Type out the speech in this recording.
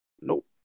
Nope